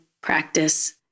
practice